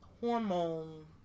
hormone